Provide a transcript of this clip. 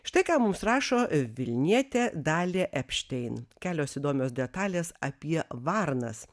štai ką mums rašo vilnietė dalia epštein kelios įdomios detalės apie varnas